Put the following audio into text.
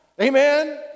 Amen